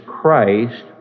Christ